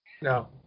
No